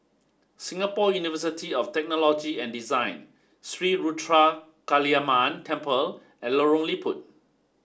Singapore University of Technology and Design Sri Ruthra Kaliamman Temple and Lorong Liput